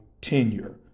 tenure